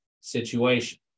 situation